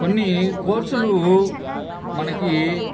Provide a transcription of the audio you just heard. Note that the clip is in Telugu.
కొన్ని కోర్సులు మనకి